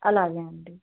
అలాగే అండి